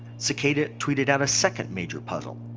cicada tweeted out a second major puzzle.